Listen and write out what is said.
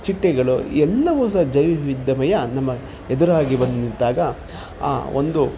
ಚಿಟ್ಟೆಗಳು ಎಲ್ಲವೂ ಸಹ ಜೈವವಿದ್ಯಮಯ ನಮ್ಮ ಎದುರಾಗಿ ಬಂದುನಿಂತಾಗ ಆ ಒಂದು